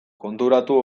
konturatu